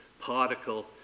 particle